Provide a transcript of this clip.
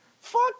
fuck